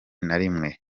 narimwe